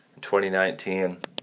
2019